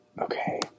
Okay